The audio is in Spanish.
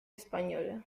española